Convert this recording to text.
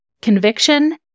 Conviction